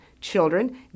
children